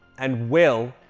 and will.